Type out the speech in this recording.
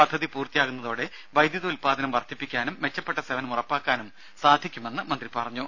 പദ്ധതി പൂർത്തിയാകുന്നതോടെ വൈദ്യുത ഉത്പാദനം വർദ്ധിപ്പിക്കാനും മെച്ചപ്പെട്ട സേവനം ഉറപ്പാക്കാനും സാധിക്കുമെന്ന് മന്ത്രി പറഞ്ഞു